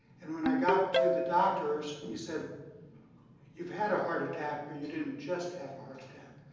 and when i got to the doctors, he said you've had a heart attack, but you didn't just have a heart attack.